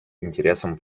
интересам